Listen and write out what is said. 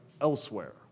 elsewhere